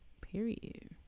Period